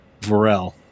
Varel